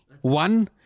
One